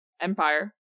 Empire